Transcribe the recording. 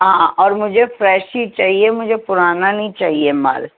ہاں اور مجھے فریش ہی چاہیے مجھے پرانا نہیں چاہیے مال